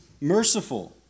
merciful